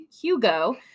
Hugo